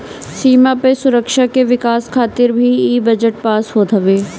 सीमा पअ सुरक्षा के विकास खातिर भी इ बजट पास होत हवे